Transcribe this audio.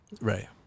right